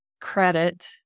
credit